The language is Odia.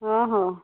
ହଁ ହଁ